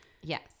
Yes